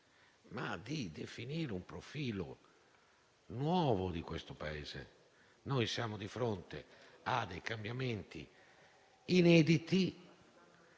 ma di definire un profilo nuovo di questo Paese. Noi siamo di fronte a cambiamenti inediti,